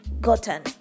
gotten